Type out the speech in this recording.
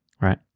Right